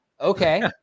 Okay